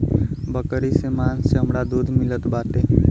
बकरी से मांस चमड़ा दूध मिलत बाटे